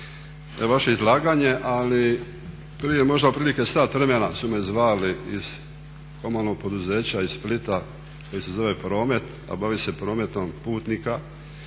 vaše izlaganje, ali prije možda otprilike sat vremena su me zvali iz komunalnog poduzeća iz Splita koji se zove Promet a bavi se prometom putnika